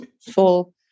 full